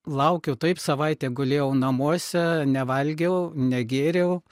laukiau taip savaitę gulėjau namuose nevalgiau negėriau